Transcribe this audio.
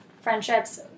friendships